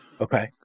Okay